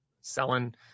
selling